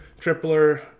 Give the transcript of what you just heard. Tripler